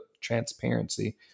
transparency